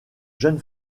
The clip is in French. jeune